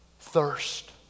thirst